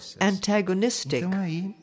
antagonistic